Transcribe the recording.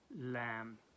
Lamb